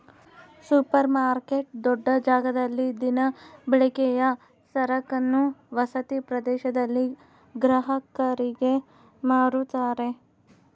super market ದೊಡ್ಡ ಜಾಗದಲ್ಲಿ ದಿನಬಳಕೆಯ ಸರಕನ್ನು ವಸತಿ ಪ್ರದೇಶದಲ್ಲಿ ಗ್ರಾಹಕರಿಗೆ ಮಾರುತ್ತಾರೆ